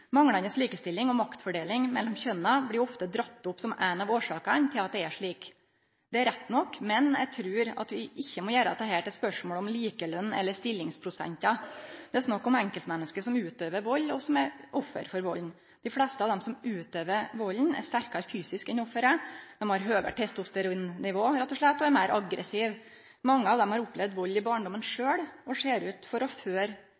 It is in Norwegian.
Manglande likestilling og maktfordeling mellom kjønna blir ofte dratt opp som ei av årsakene til at det er slik. Det er rett nok. Men eg trur ikkje ein må gjere dette til eit spørsmål om likeløn eller stillingsprosentar. Det er snakk om enkeltmenneske som utøver vald, og som er offer for valden. Dei fleste av dei som utøver valden, er sterkare fysisk enn offeret, dei har rett og slett høgare testosteronnivå og er meir aggressive. Mange av dei har opplevd vald i barndommen